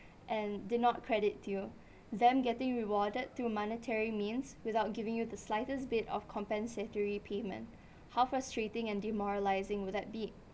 and did not credit to you then getting rewarded to monetary means without giving you the slightest bit of compensatory payment how frustrating and demoralising would that be